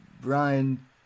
Brian